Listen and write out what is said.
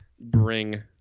bring